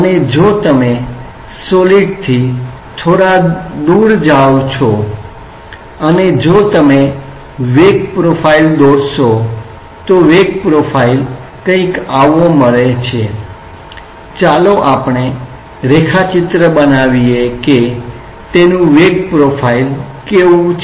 અને જો તમે સોલીડ થી થોડા દૂર જાઓ છો અને જો તમે વેગ પ્રોફાઇલ દોરશો તો વેગ પ્રોફાઇલ કંઈક આવો મળે છે ચાલો આપણે રેખાચિત્ર બનાવીએ કે તેનું વેગ પ્રોફાઇલ કેવું છે